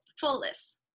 fullness